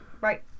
Right